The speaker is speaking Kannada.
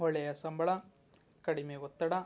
ಒಳ್ಳೆಯ ಸಂಬಳ ಕಡಿಮೆ ಒತ್ತಡ